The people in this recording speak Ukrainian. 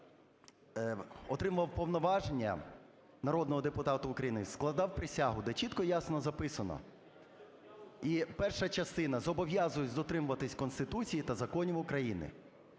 коли отримував повноваження народного депутата України, складав присягу, де чітко і ясно записано, і перша частина "зобов'язуюся дотримуватися Конституцію та законів України".